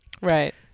Right